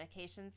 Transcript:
medications